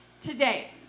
today